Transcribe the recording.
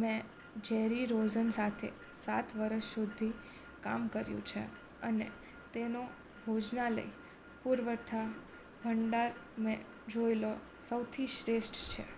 મેં Jerry Rosen સાથે સાત વર્ષ સુધી કામ કર્યું છે અને તેનો ભોજનાલય પુરવઠા ભંડાર મેં જોયેલો સૌથી શ્રેષ્ઠ છે